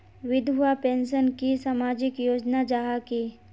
विधवा पेंशन की सामाजिक योजना जाहा की?